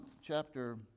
chapter